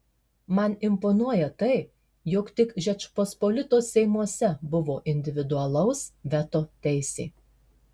man imponuoja tai jog tik žečpospolitos seimuose buvo individualaus veto teisė